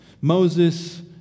Moses